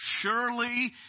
Surely